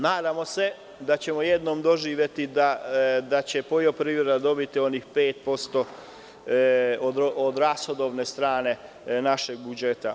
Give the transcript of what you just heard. Nadamo se da ćemo jednom doživeti da će poljoprivreda dobiti onih 5% od rashodovne strane našeg budžeta.